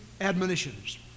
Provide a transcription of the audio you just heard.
admonitions